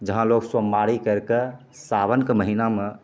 जहाँ लोग सोमबारी करि कऽ साओनके महिना